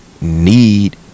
need